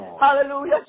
Hallelujah